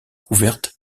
couvertes